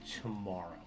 tomorrow